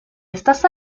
estas